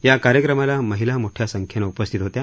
या कार्यक्रमाला महिला मोठ्या संख्येनं उपस्थित होत्या